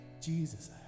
Jesus